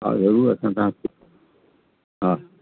हा ज़रूरु अचो तव्हां हा